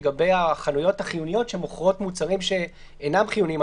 לגבי החנויות החיוניות שמוכרות מוצרים שאינם חיוניים.